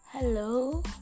hello